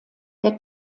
der